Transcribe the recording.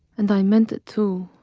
and i meant it too.